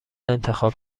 انتخاب